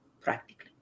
practically